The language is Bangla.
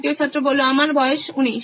তৃতীয় ছাত্র আমার বয়স 19